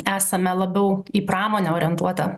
esame labiau į pramonę orientuota